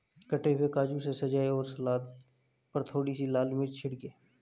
कटे हुए काजू से सजाएं और सलाद पर थोड़ी सी लाल मिर्च छिड़कें